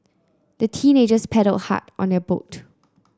the teenagers paddled hard on their boat